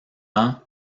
ans